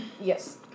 Yes